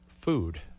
food